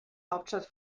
hauptstadt